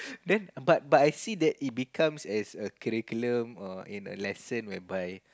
then but but I see that it becomes as a curriculum or a lesson whereby